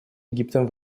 египтом